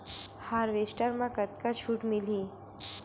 Harvester म कतका छूट मिलही?